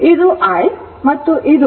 ಇದು i ಮತ್ತು ಇದು c d vd t ಇರುತ್ತದೆ